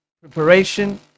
preparation